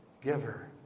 giver